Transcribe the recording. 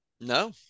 No